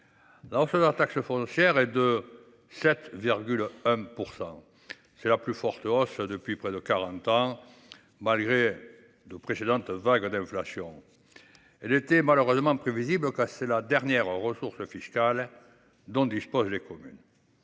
des bases de la taxe foncière est en 2023 de 7,1 %. C’est la plus forte hausse en près de quarante ans, malgré les précédentes vagues d’inflation. Elle était malheureusement prévisible, car c’est la dernière ressource fiscale dont disposent les communes.